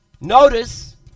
Notice